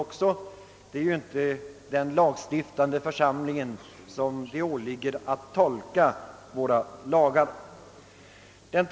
Det åligger ju inte den lagstiftande församlingen att tolka lagarna.